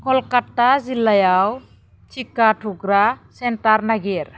कलकाता जिल्लायाव टिका थुग्रा सेन्टार नागिर